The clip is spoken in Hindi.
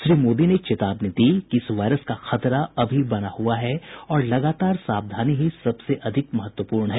श्री मोदी ने चेतावनी दी कि इस वायरस का खतरा अभी बना हुआ है और लगातार सावधानी ही सबसे अधिक महत्वपूर्ण है